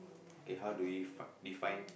okay how do we fi~ define